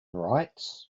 rights